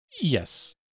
yes